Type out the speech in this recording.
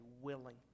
willing